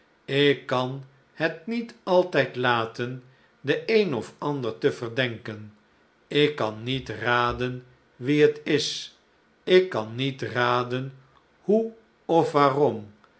ik kan het niet altijd men den een of ander te verdenken ik kan niet raden wie het is ik kan niet raden hoe of waarom